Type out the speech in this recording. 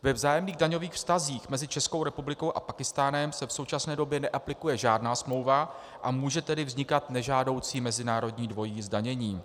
Ve vzájemných daňových vztazích mezi Českou republikou a Pákistánem se v současné době neaplikuje žádná smlouva, a může tedy vznikat nežádoucí mezinárodní dvojí zdanění.